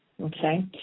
Okay